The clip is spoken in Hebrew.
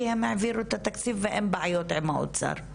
כי הם העבירו את התקציב ואין בעיות עם האוצר.